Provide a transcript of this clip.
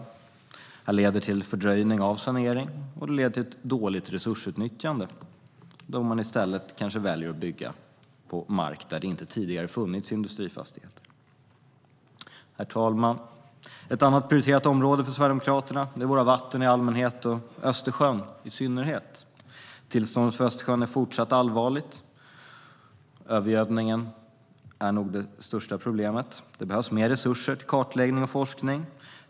Det här leder till en fördröjning av saneringen och till ett dåligt resursutnyttjande, då man i stället kanske väljer att bygga på mark där det inte tidigare funnits industrifastigheter. Herr talman! Ett annat prioriterat område för Sverigedemokraterna är våra vatten i allmänhet och Östersjön i synnerhet. Tillståndet för Östersjön är fortsatt allvarligt. Övergödningen är nog det största problemet. Det behövs mer resurser till kartläggning och forskning.